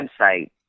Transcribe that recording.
website